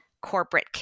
corporate